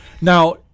Now